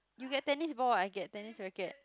you get tennis ball I get tennis racket